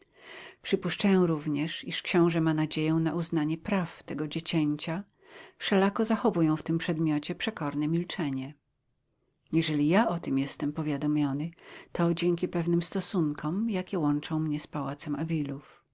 przypuszczają również iż książę ma nadzieję na uznanie praw tego dziecięcia wszelako zachowują w tym przedmiocie przekorne milczenie jeżeli ja o tym jestem powiadomiony to dzięki pewnym stosunkom jakie łączą mnie z pałacem